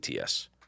ATS